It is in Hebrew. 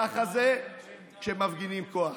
ככה זה כשמפגינים כוח.